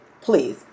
please